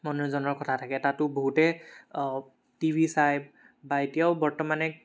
মনোৰঞ্জনৰ কথা থাকে তাতো বহুতে টি ভি চায় বা এতিয়াও বৰ্তমানে